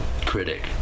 critic